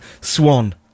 Swan